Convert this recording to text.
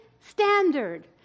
standard